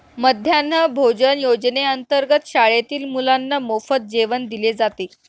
मध्यान्ह भोजन योजनेअंतर्गत शाळेतील मुलांना मोफत जेवण दिले जाते